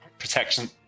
protection